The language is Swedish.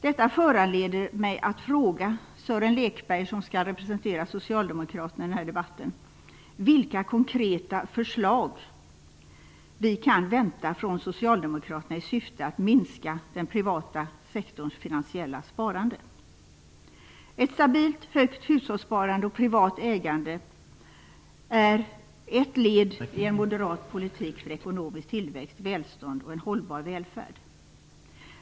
Detta föranleder mig att fråga Sören Lekberg, som skall representera Socialdemokraterna, i den här debatten, vilka konkreta förslag vi kan vänta från Socialdemokraterna i syfte att minska den privata sektorns finansiella sparande. Ett stabilt, högt hushållssparande och privat ägande är ett led i en moderat politik för ekonomisk tillväxt, välstånd och en hållbar välfärd.